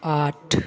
आठ